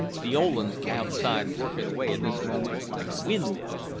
the old un's outside working away at this moment like a win'-mill.